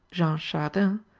jean chardin,